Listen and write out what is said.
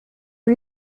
lui